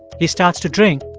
he starts to drink,